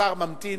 השר ממתין.